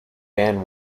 band